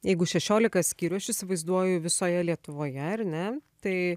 jeigu šešiolika skyrių aš įsivaizduoju visoje lietuvoje ar ne tai